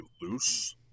loose